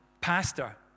pastor